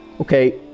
Okay